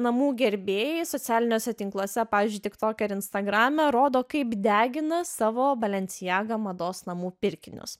namų gerbėjai socialiniuose tinkluose pavyzdžiui tik toke ar instagrame rodo kaip degina savo balencijaga mados namų pirkinius